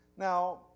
Now